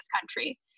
country